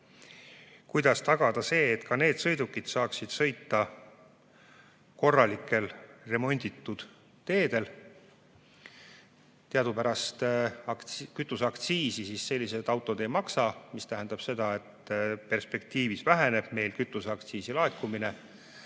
kuidas tagada see, et ka need sõidukid saaksid sõita korralikel remonditud teedel. Teadupärast selliste autode eest kütuseaktsiisi ei maksta, mis tähendab seda, et perspektiivis väheneb meil kütuseaktsiisi laekumine.